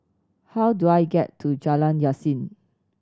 how do I get to Jalan Yasin